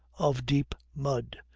of deep mud,